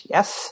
Yes